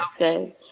okay